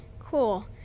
cool